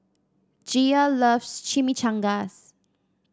Gia loves Chimichangas